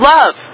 Love